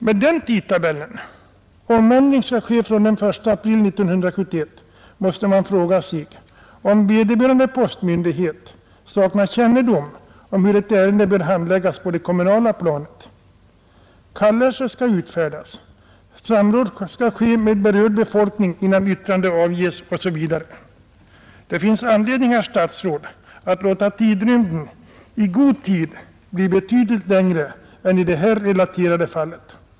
Med den tidtabellen — omändringen skall ske från den 1 april 1971 — måste man fråga sig, om vederbörande postmyndighet saknar kännedom om hur ett ärende bör handläggas på det kommunala planet. Kallelse skall utfärdas, samråd skall ske med berörd befolkning innan yttrande avges, osv. Det finns anledning, herr statsråd, att låta tidrymden »i god tid» bli betydligt längre än i det här relaterade fallet!